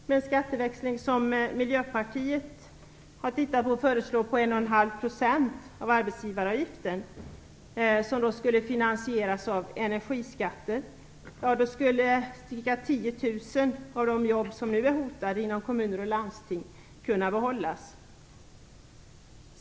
Med den skatteväxling som Miljöpartiet har föreslagit, att 1,5 % av arbetsgivaravgiften skulle finansieras av energiskatter, skulle ca 10 000 av de jobb som nu är hotade inom kommuner och landsting kunna behållas.